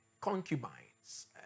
concubines